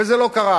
וזה לא קרה.